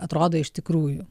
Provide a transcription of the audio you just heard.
atrodo iš tikrųjų